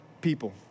people